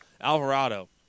Alvarado